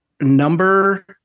number